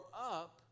up